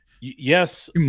Yes